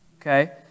Okay